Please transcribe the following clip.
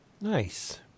Nice